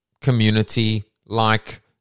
community-like